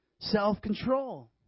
Self-control